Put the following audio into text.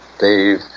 Dave